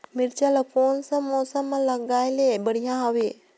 मिरचा ला कोन सा मौसम मां लगाय ले बढ़िया हवे